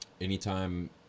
anytime